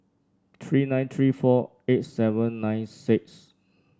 three nine three four eight seven nine six